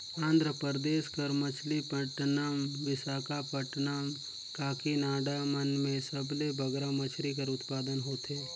आंध्र परदेस कर मछलीपट्टनम, बिसाखापट्टनम, काकीनाडा मन में सबले बगरा मछरी कर उत्पादन होथे